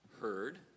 heard